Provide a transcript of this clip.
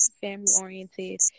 family-oriented